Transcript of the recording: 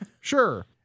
Sure